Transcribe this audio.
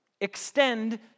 extend